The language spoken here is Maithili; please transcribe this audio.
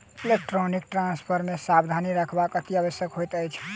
इलेक्ट्रौनीक ट्रांस्फर मे सावधानी राखब अतिआवश्यक होइत अछि